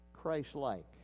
christ-like